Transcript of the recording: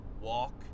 walk